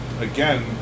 again